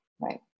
Right